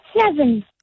Seven